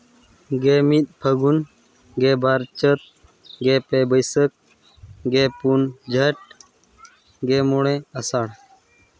ᱜᱮᱢᱤᱫ ᱯᱷᱟᱹᱜᱩᱱ ᱜᱮᱵᱟᱨ ᱪᱟᱹᱛ ᱜᱮᱯᱮ ᱵᱟᱹᱭᱥᱟᱹᱠᱷ ᱜᱮᱯᱩᱱ ᱡᱷᱮᱸᱴ ᱜᱮᱢᱚᱬᱮ ᱟᱥᱟᱲ